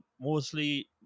Mostly